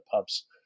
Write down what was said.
pubs